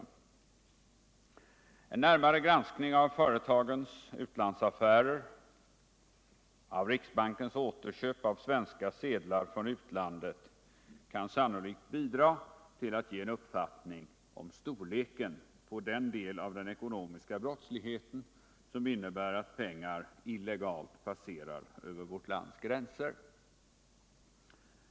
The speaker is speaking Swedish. En närmare granskning av företagens utlandsaffärer och av riksbankens återköp av svenska sedlar från utlandet kan sannolikt bidra till att ge en uppfattning om storleken på den del av den ekonomiska brottsligheten som innebär att pengar illegalt passerar över vårt lands gränser.